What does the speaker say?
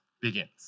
begins